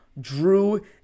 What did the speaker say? Drew